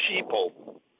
people